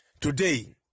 Today